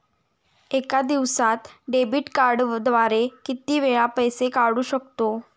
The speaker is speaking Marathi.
एका दिवसांत डेबिट कार्डद्वारे किती वेळा पैसे काढू शकतो?